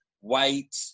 white